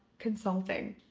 consulting.